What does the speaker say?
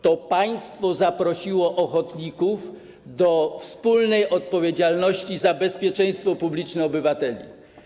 To państwo zaprosiło ochotników do wspólnego ponoszenia odpowiedzialności za bezpieczeństwo publiczne obywateli.